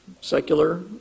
secular